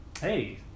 Hey